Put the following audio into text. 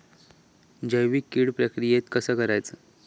जैविक कीड प्रक्रियेक कसा करायचा?